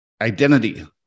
identity